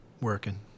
working